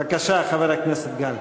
בבקשה, חבר הכנסת גל.